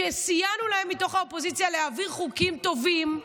שסייענו להם מתוך האופוזיציה להעביר חוקים טובים: